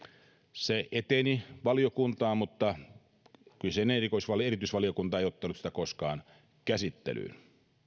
se eteni valiokuntaan mutta kyseinen erityisvaliokunta ei ottanut sitä koskaan käsittelyyn